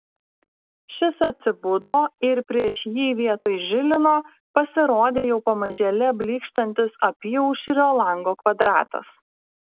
šis atsibudo ir prieš jį vietoj žilino pasirodė jau pamažėle blykštantis apyaušrio lango kvadratas